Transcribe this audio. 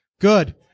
good